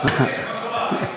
ביקש להיות שר תורן.